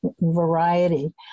variety